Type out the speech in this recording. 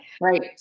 Right